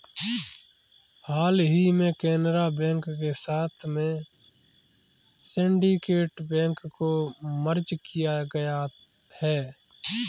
हाल ही में केनरा बैंक के साथ में सिन्डीकेट बैंक को मर्ज किया गया है